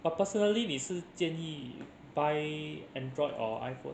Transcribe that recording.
but personally 你是建议 buy Android or iPhone